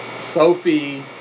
Sophie